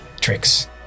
tricks